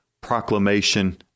proclamation